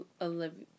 Olivia